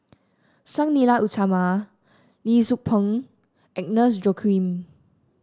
Sang Nila Utama Lee Tzu Pheng Agnes Joaquim